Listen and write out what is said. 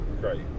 great